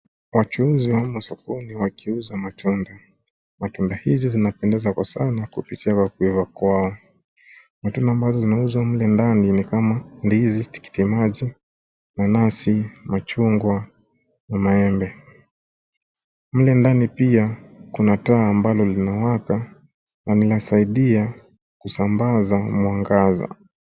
Wachuuzi wamo sokoni wakiuza matunda. Matunda hizi zinapendeza kwa sana kupitia kwa kuiva kwao. Matunda ambazo zinauzwa mle ndani ni kama ndizi, tikitimaji, nanasi, machungwa na maembe. Mle ndani pia kuna taa ambalo linawaka na linasaidia kusambaza mwangaza.